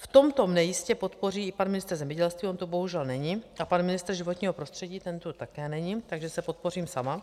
V tomto mne jistě podpoří i pan ministr zemědělství, on tu bohužel není, a pan ministr životního prostředí, ten tu také není, takže se podpořím sama.